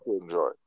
enjoy